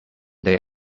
they